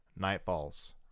Nightfalls